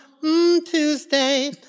Tuesday